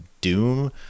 Doom